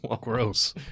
Gross